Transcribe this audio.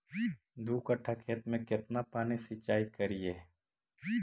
दू कट्ठा खेत में केतना पानी सीचाई करिए?